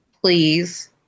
please